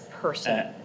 person